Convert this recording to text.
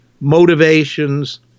motivations